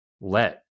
let